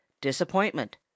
disappointment